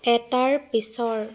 এটাৰ পিছৰ